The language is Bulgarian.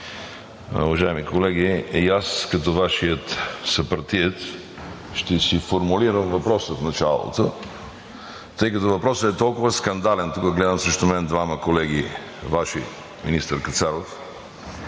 уважаеми колеги! И аз като Вашия съпартиец ще си формулирам въпрос от началото, тъй като въпросът е толкова скандален – тук гледам срещу мен двама Ваши колеги, министър Кацаров,